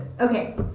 Okay